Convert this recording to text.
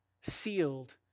sealed